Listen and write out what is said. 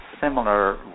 similar